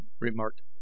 remarked